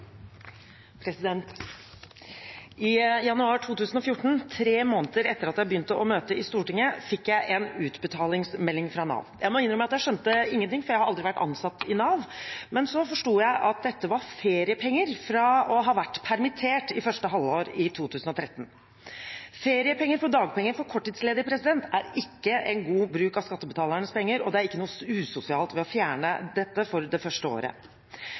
I januar 2014, tre måneder etter at jeg begynte å møte i Stortinget, fikk jeg en utbetalingsmelding fra Nav. Jeg må innrømme at jeg skjønte ingenting, for jeg har aldri vært ansatt i Nav. Men så forsto jeg at dette var feriepenger fra å ha vært permittert i første halvår 2013. – Feriepenger på dagpenger for korttidsledige er ikke en god bruk av skattebetalernes penger, og det er ikke noe usosialt ved å fjerne dette for det første året.